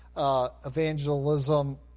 Evangelism